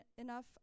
enough